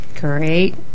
Great